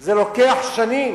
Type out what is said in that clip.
זה לוקח שנים.